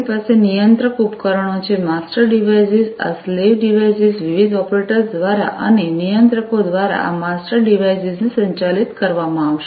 આપણી પાસે નિયંત્રક ઉપકરણો છે માસ્ટર ડિવાઇસેસ આ સ્લેવ ડિવાઇસેસ વિવિધ ઑપરેટર્સ દ્વારા અને નિયંત્રકો દ્વારા આ માસ્ટર ડિવાઇસેસ ને સંચાલિત કરવામાં આવશે